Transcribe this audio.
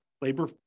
labor